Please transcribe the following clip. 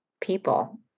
people